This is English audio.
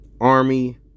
Army